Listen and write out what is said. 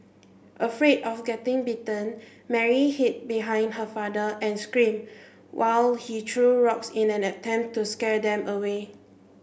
afraid of getting bitten Mary hid behind her father and screamed while he threw rocks in an attempt to scare them away